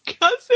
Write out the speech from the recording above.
cousin